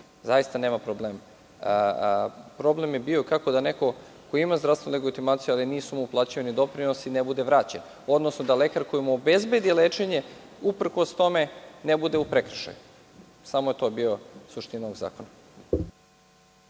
smislu nema problema. Problem je bio kako da neko ko ima zdravstvenu legitimaciju a nisu mu uplaćivani doprinosi ne bude vraćen, odnosno da lekar koji mu obezbedi lečenje, uprkos tome, ne bude u prekršaju. Samo je to bila suština ovog zakona.